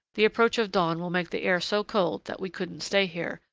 the approach of dawn will make the air so cold that we couldn't stay here,